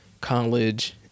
college